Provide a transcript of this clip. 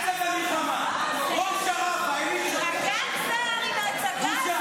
כשראש הממשלה שלך הצביע על ההתנתקות הייתה סרבנות בצבא?